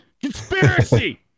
Conspiracy